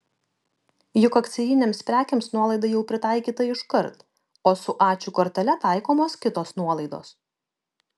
juk akcijinėms prekėms nuolaida jau pritaikyta iškart o su ačiū kortele taikomos kitos nuolaidos